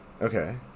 okay